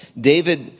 David